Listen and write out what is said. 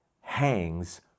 hangs